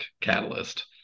catalyst